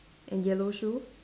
and yellow shoe